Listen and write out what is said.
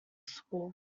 school